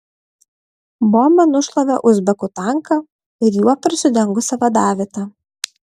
bomba nušlavė uzbekų tanką ir juo prisidengusią vadavietę